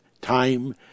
time